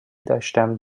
داشتم